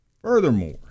Furthermore